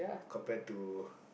compared to